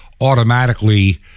automatically